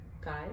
guys